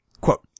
quote